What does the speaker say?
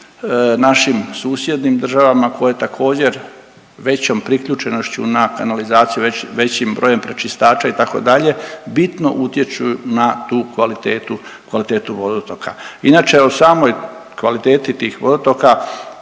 našim susjednim državama koje također većom priključenošću na kanalizaciju, većim brojem pročistača itd. bitno utječu na tu kvalitetu, kvalitetu vodotoka. Inače o samoj kvaliteti tih vodotoka